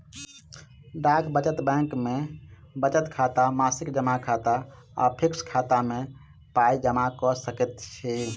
डाक बचत बैंक मे बचत खाता, मासिक जमा खाता आ फिक्स खाता मे पाइ जमा क सकैत छी